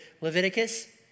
Leviticus